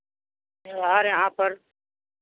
त्योहार यहाँ पर